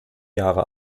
jahre